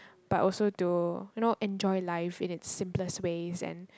but also to you know enjoy life in its simplest ways and